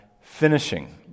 finishing